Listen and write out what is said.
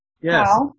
Yes